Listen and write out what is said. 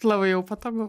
labai jau patogu